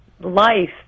life